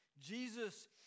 Jesus